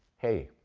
hey,